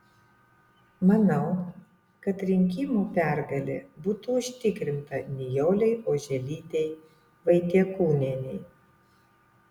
manau kad rinkimų pergalė būtų užtikrinta nijolei oželytei vaitiekūnienei